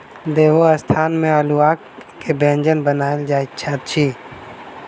देवोत्थान में अल्हुआ के व्यंजन बनायल जाइत अछि